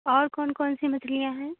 और कौन कौन सी मछलियाँ हैं